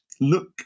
look